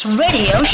radio